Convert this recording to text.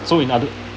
so in other